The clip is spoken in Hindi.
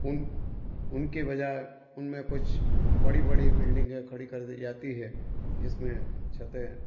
उन उनके बजाय उन में कुछ बड़ी बड़ी बिल्डिंगें खड़ी कर दी जाती है जिसमें छतें